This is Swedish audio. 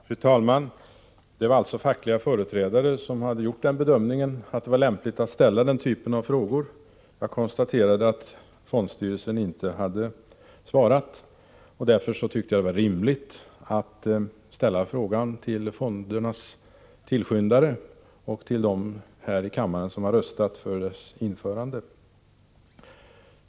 Fru talman Det var fackliga företrädare som hade gjort den bedömningen att det var lämpligt att ställa den typen av frågor. Jag konstaterade att fondstyrelsen inte hade svarat, och därför tyckte jag att det var rimligt att ställa spörsmålet till fondernas tillskyndare och till dem som här i kam 1raren har röstat för fondernas införande.